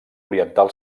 oriental